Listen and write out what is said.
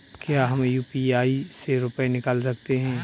क्या हम यू.पी.आई से रुपये निकाल सकते हैं?